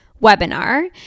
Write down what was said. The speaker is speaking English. webinar